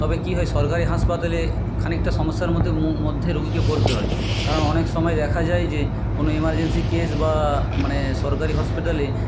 তবে কি হয় সরকারি হাসপাতালে খানিকটা সমস্যার মধ্যে মধ্যে রোগীকে পড়তে হয় কারণ অনেক সময় দেখা যায় যে কোনো এমারজেন্সি কেস বা মানে সরকারি হসপিটালে